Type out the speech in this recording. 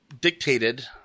dictated